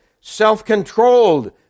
self-controlled